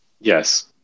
Yes